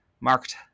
Marked